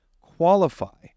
qualify